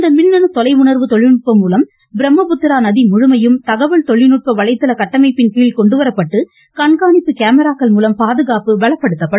இந்த மின்னனு தொலைஉணர்வு தொழில்நுட்பம் மூலம் பிரம்மபுத்திரா நதி முழுமையும் தகவல் தொழில்நுட்ப வலைத்தள கட்டமைப்பின்கீழ் கொண்டுவரப்பட்டு கண்காணிப்பு கேமராக்கள் மூலம் பாதுகாப்பு பலப்படுத்தப்படும்